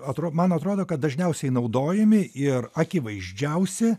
atro man atrodo kad dažniausiai naudojami ir akivaizdžiausi